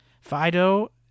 Fido